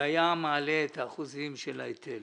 והיה מעלה את האחוזים של ההיטל